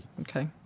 Okay